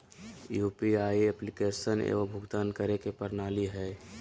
UPI application एगो भुक्तान करे के प्रणाली हइ